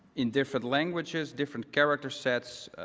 in different languages, different character sets,